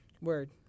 Word